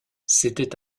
c’était